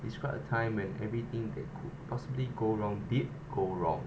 describe a time when everything that could possibly go wrong did go wrong